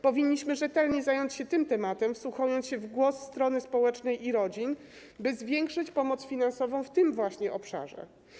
Powinniśmy rzetelnie zająć się tym tematem, wsłuchać się w głosy strony społecznej i rodzin, by zwiększyć pomoc finansową w tym obszarze.